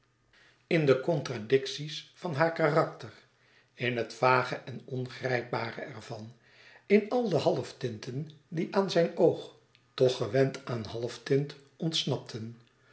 in de contradicties van haar karakter in het vage en ongrijpbare ervan in al de halftinten die aan zijn oog toch gewend aan halftint ontsnapten